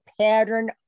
pattern